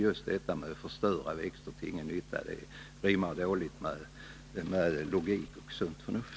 Just detta att man förstör växter till ingen nytta rimmar dåligt med krav på logik och sunt förnuft.